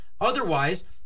Otherwise